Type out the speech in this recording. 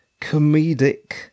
comedic